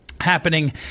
happening